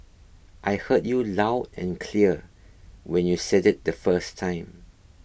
I heard you loud and clear when you said it the first time